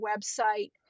website